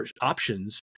options